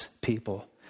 people